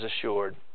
assured